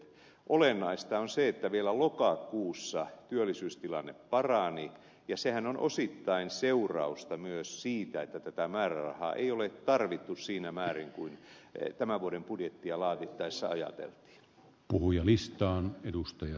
olennaista on se että vielä lokakuussa työllisyystilanne parani ja sehän on osittain seurausta myös siitä että tätä määrärahaa ei ole tarvittu siinä määrin kuin tämän vuoden budjettia laadittaessa ajateltiin